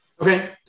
Okay